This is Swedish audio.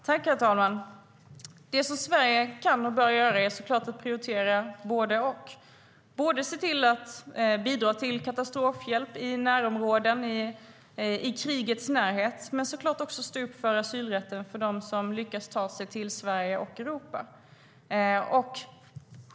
Herr talman! Det Sverige kan och bör göra är att prioritera både och, att bidra med katastrofhjälp i närområden, i krigets närhet, men såklart också stå upp för asylrätten för dem som lyckas ta sig till Sverige och Europa.